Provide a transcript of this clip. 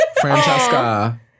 Francesca